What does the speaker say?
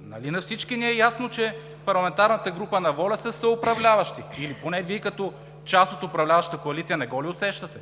Нали на всички ни е ясно, че парламентарната група на ВОЛЯ са съуправляващи или поне Вие, като част от управляващата коалиция, не го ли усещате?!